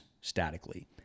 statically